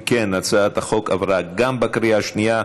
אם כן, הצעת החוק עברה גם בקריאה השנייה,